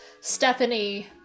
Stephanie